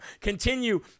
Continue